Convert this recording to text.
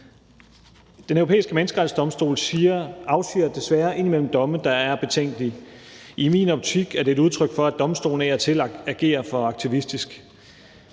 Den Europæiske Menneskerettighedsdomstol afsiger desværre indimellem domme, der er betænkelige. I min optik er det et udtryk for, at domstolen af og til agerer for aktivistisk.